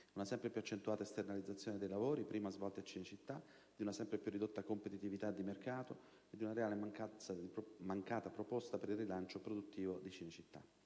una sempre più accentuata esternalizzazione dei lavori, prima svolti a Cinecittà, di una sempre più ridotta competitività di mercato e della mancanza di una reale proposta per il rilancio produttivo di Cinecittà.